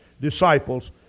disciples